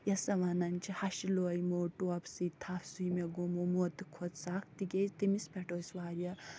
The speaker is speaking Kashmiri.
یَس سۄ وَنان چھِ ہَشہِ لویمو ٹوپہٕ سۭتۍ تھف سُے مےٚ گومو موتہٕ کھۄتہٕ سکھ تِکیٛازِ تٔمِس پٮ۪ٹھ ٲسۍ وارِیاہ